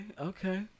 okay